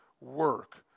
work